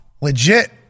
Legit